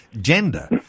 gender